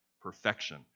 Perfection